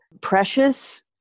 precious